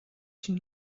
une